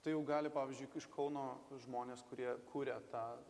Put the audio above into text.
tai jau gali pavyzdžiui k iš kauno žmonės kurie kuria tą